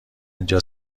اینجا